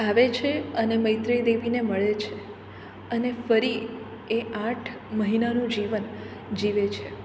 આવે છે અને મૈત્રી દેવીને મળે છે અને ફરી એ આઠ મહિનાનું જીવન જીવે છે